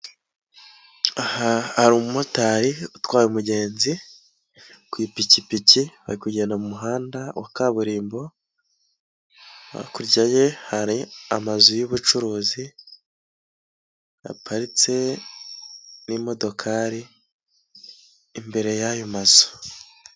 Aha harimotari utwaye umugenzi ku ipikipiki, bari kugenda mu muhanda wa kaburimbo, hakurya ye hari amazu yubucuruzi, haparitse n'imodokari, imbere y'ayo mazu.